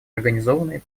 организованные